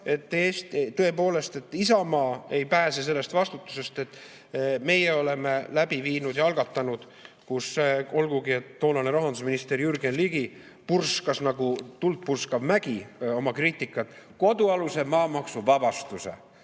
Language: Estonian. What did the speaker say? et tõepoolest, Isamaa ei pääse sellest vastutusest. Meie oleme läbi viinud ja algatanud, olgugi et toonane rahandusminister Jürgen Ligi purskas nagu tuldpurskav mägi oma kriitikat, kodualuse maa maksuvabastuse.